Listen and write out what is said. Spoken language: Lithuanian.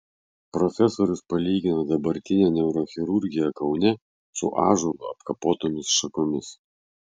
profesorius palygino dabartinę neurochirurgiją kaune su ąžuolu apkapotomis šakomis